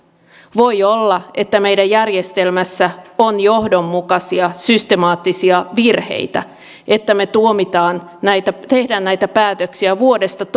voi olla että meidän järjestelmässämme on johdonmukaisia systemaattisia virheitä että me tuomitsemme teemme näitä päätöksiä vuodesta